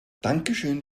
dankeschön